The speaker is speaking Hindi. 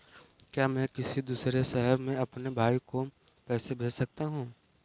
क्या मैं किसी दूसरे शहर में अपने भाई को पैसे भेज सकता हूँ?